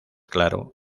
claro